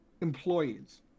employees